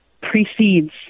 precedes